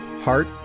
heart